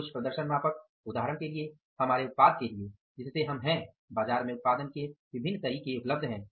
कुछ प्रदर्शन मापक उदाहरण के लिए हमारे उत्पाद के लिए जिससे हम हैं बाजार में उत्पादन के विभिन्न तरीके उपलब्ध हैं